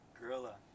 gorilla